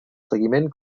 seguiment